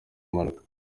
mpanuka